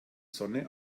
sonne